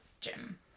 gym